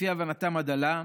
לפי הבנתם הדלה,